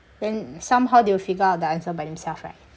then somehow they will figure out the answer by themselves right